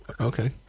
Okay